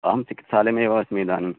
अहं चिकित्सालये एव अस्मि इदानीं